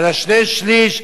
על שני-השלישים,